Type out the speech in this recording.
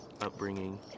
upbringing